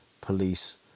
police